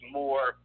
more